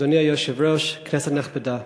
אדוני היושב-ראש, כנסת נכבדה,